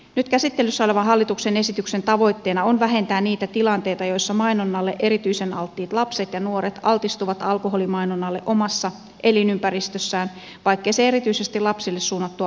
nyt käsittelyssä olevan hallituksen esityksen tavoitteena on vähentää niitä tilanteita joissa mainonnalle erityisen alttiit lapset ja nuoret altistuvat alkoholimainonnalle omassa elinympäristössään vaikkei se erityisesti lapsille suunnattua olisikaan